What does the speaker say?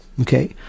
okay